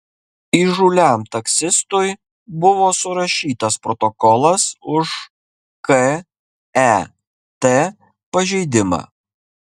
įžūliam taksistui buvo surašytas protokolas už ket pažeidimą